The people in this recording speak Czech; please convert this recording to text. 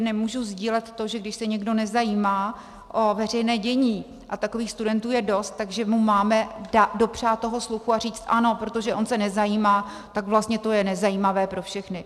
Nemůžu sdílet to, že když se někdo nezajímá o veřejné dění, a takových studentů je dost, tak že mu máme dopřát sluchu a říct ano, protože on se nezajímá, tak vlastně to je nezajímavé pro všechny.